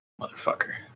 Motherfucker